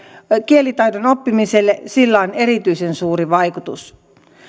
kielitaidon oppimiseen sillä on erityisen suuri vaikutus